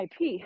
IP